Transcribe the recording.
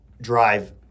drive